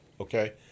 okay